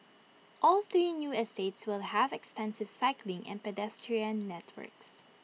all three new estates will have extensive cycling and pedestrian networks